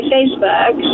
Facebook